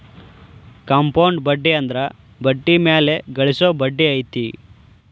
compound ಬಡ್ಡಿ ಅಂದ್ರ ಬಡ್ಡಿ ಮ್ಯಾಲೆ ಗಳಿಸೊ ಬಡ್ಡಿ ಐತಿ